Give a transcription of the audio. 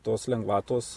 tos lengvatos